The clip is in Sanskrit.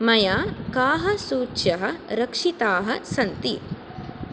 मया काः सूच्यः रक्षिताः सन्ति